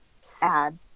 sad